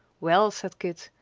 well, said kit,